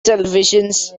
televisions